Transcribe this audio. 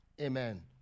amen